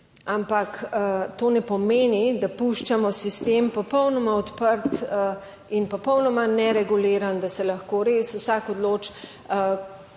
ampak to ne pomeni, da puščamo sistem popolnoma odprt in popolnoma nereguliran, da se lahko res vsak odloči,